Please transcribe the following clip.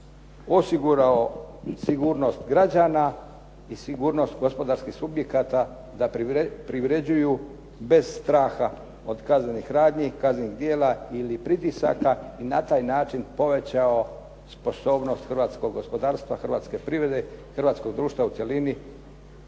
osigurao sigurnost građana i sigurnost gospodarskih subjekata da privređuju bez straha od kaznenih radnji, kaznenih djela ili pritisaka i na taj način povećao sposobnost hrvatskog gospodarstva, hrvatske privrede, hrvatskog društva u cjelini